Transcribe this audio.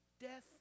death